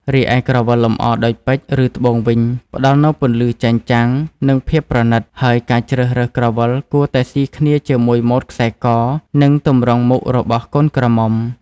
រីឯក្រវិលលម្អដោយពេជ្រ ឬត្បូងវិញ ផ្តល់នូវពន្លឺចែងចាំង និងភាពប្រណិត ហើយការជ្រើសរើសក្រវិលគួរតែស៊ីគ្នាជាមួយម៉ូតខ្សែក និងទម្រង់មុខរបស់កូនក្រមុំ។